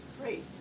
Great